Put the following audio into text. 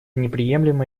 неприемлемо